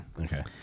Okay